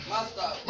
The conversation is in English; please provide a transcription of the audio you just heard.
Master